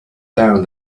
down